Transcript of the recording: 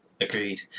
Agreed